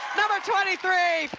number twenty three,